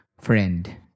friend